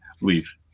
leave